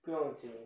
不用紧